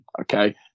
Okay